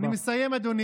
אני מסיים, אדוני.